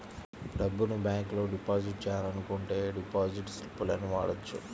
డబ్బును బ్యేంకులో డిపాజిట్ చెయ్యాలనుకుంటే యీ డిపాజిట్ స్లిపులను వాడొచ్చు